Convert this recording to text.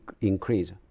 increase